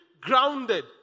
grounded